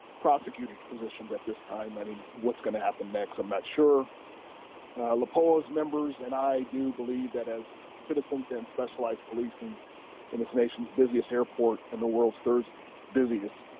prosecutors positions at this time. i mean, what's going to happen next. i'm not sure loopholes members and i do believe that as citizens and specialized policing in this nation's busiest airport and the world's third busiest